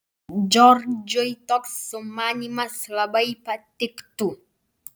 džordžui toks sumanymas labai patiktų